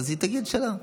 אז היא תגיד שלא.